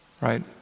Right